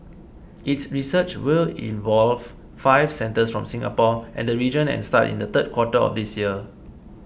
its research will involve five centres from Singapore and the region and start in the third quarter of this year